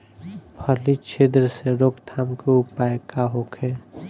फली छिद्र से रोकथाम के उपाय का होखे?